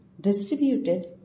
distributed